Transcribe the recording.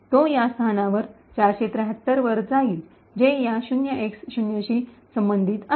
तो या स्थानाद्वारे 473 वर जाईल जे या 0X0 शी संबंधित आहे